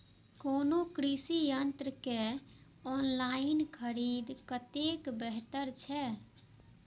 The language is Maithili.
कोनो कृषि यंत्र के ऑनलाइन खरीद कतेक बेहतर छै?